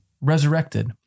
resurrected